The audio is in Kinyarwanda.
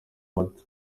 amata